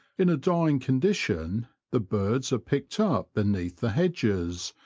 in a dying condition the birds are picked up beneath the hedges,